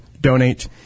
donate